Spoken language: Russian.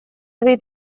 свои